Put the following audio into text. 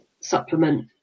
supplement